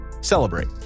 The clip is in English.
celebrate